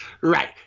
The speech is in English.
Right